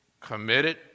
committed